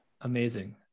Amazing